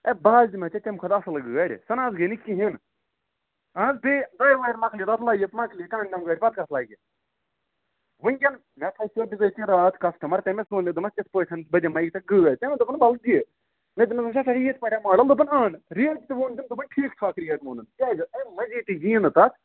ہے بہٕ حظ دِمے ژےٚ تَمہِ کھۄتہٕ اَصٕل گٲڑۍ سۄ نہٕ حظ گٔیہِ نہٕ کِہیٖنۍ اَہَن حظ بیٚیہِ دۅیہِ ؤہرۍ مۅکلہِ بدلٲوِتھ مۅکلہِ کانٛہہ غم گژھِ پتہٕ کتھ لگہِ وُنکٮ۪ن اَسہِ اوس بِذٲتی راتھ کَسٹٕمَر تٔمِس ووٚن مےٚ دوٚپمس یِتھٕ پٲٹھۍ بہٕ دمے ژےٚ گٲڑۍ دوٚپُن ولہٕ دِ مےٚ وۅنۍ چھا تُہی یِتھٕ پٲٹھۍ ماڈل دوٚپُن اَن ریٹ تہِ ووٚن تٔمۍ دوٚپُن ٹھیٖک ٹھاک ریٹ ووٚنُن کیٛازِ اَمہِ مَذیٖد تہ یی نہٕ تتھ